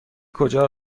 کجا